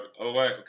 okay